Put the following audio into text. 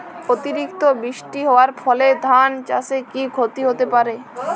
অতিরিক্ত বৃষ্টি হওয়ার ফলে ধান চাষে কি ক্ষতি হতে পারে?